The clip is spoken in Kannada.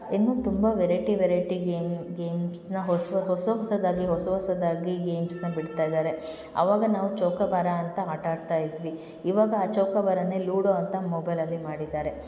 ಇನ್ನೂ ತುಂಬ ವೆರೈಟಿ ವೆರೈಟಿ ಗೇಮ್ ಗೇಮ್ಸ್ನ ಹೊಸಬ ಹೊಸ ಹೊಸದಾಗಿ ಹೊಸ ಹೊಸದಾಗಿ ಗೇಮ್ಸ್ನ ಬಿಡ್ತಾಯಿದ್ದಾರೆ ಆವಾಗ ನಾವು ಚೌಕಬಾರ ಅಂತ ಆಟ ಆಡ್ತಾಯಿದ್ವಿ ಇವಾಗ ಆ ಚೌಕಬಾರನೆ ಲೂಡೋ ಅಂತ ಮೊಬೈಲಲ್ಲಿ ಮಾಡಿದ್ದಾರೆ